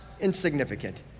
insignificant